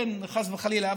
חס וחלילה,